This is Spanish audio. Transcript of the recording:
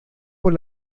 por